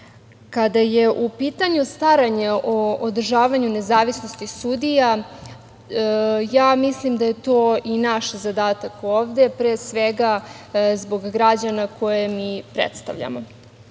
Kada je u pitanje o održavanju nezavisnosti sudija, mislim da je i to naš zadatak ovde, pre svega zbog građana koje mi predstavljamo. Od